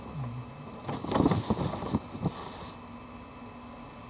mm